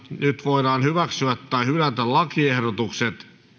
nyt voidaan hyväksyä tai hylätä lakiehdotukset